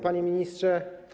Panie Ministrze!